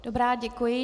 Dobrá, děkuji.